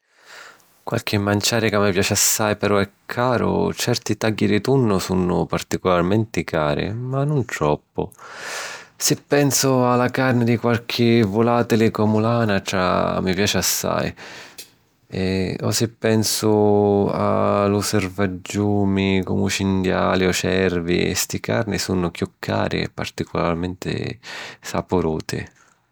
Qualchi manciari ca mi piaci assai, però è caru. Certi tagghi di tunnu sunnu particularmenti cari, ma non troppu. Si pensu a la carni di qualchi vulàtili comu l’anatra, mi piaci assai; o si pensu a lu sarvaggiumi, comu cinghiali o cervi, sti carni sunnu chiù rari e particularmenti sapuruti.